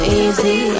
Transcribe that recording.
easy